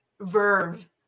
verve